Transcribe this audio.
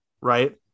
right